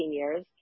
years